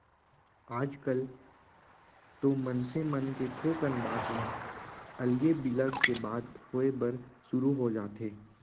आजकल तो मनसे मन के थोकन बात म अलगे बिलग के बात होय बर सुरू हो जाथे